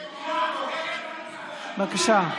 בבקשה.